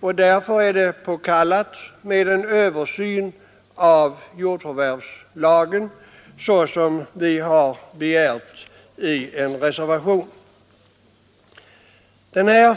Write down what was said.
Det är därför påkallat med en översyn av jordförvärvslagen, som vi har begärt i en reservation.